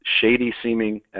shady-seeming